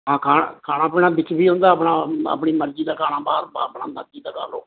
ਹਾਂ ਖਾਣਾ ਖਾਣਾ ਪੀਣਾ ਵਿੱਚ ਹੀ ਹੁੰਦਾ ਆਪਣਾ ਆਪਣੀ ਮਰਜ਼ੀ ਦਾ ਖਾਣਾ ਬਾਹਰ ਆਪਣੀ ਮਰਜ਼ੀ ਦਾ ਖਾ ਲਓ